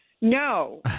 No